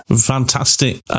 Fantastic